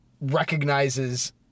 recognizes